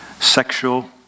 sexual